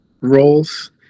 roles